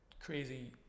crazy